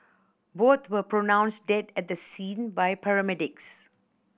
both were pronounced dead at the scene by paramedics